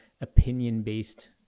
opinion-based